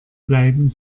bleiben